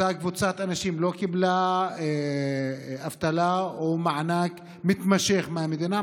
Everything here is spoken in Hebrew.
אותה קבוצת אנשים לא קיבלה אבטלה או מענק מתמשך מהמדינה,